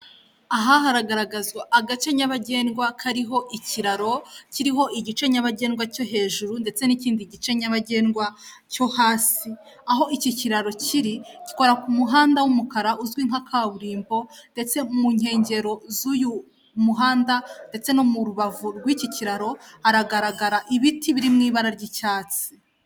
Aha haragaragazwa agace nyabagendwa kariho ikiraro, kiriho igice nyabagendwa cyo hejuru, ndetse n'ikindi gice nyabagendwa cyo hasi aho iki kiraro kiri gikora ku muhanda w'umukara uzwi nka kaburimbo, ndetse mu nkengero z'uyu muhanda ndetse no mu rubavu rw'iki kiraro hagaragara ibiti biri mu ibara ry'icyatsi.